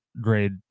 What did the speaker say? grade